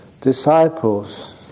disciples